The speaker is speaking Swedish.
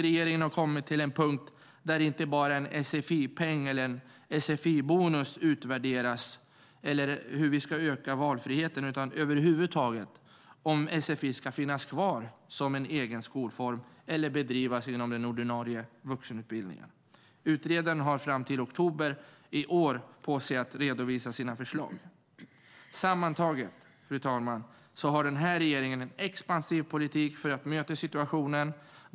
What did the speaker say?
Regeringen har kommit till en punkt där inte bara en sfi-peng eller en sfi-bonus utreds, eller hur vi ska öka valfriheten, utan ifall sfi över huvud taget ska finnas kvar som en egen skolform eller bedrivas inom ramen för den ordinarie vuxenutbildningen. Utredaren har fram till oktober i år på sig att redovisa sina förslag. Denna regering har en expansiv politik för att möta situationen.